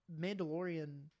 Mandalorian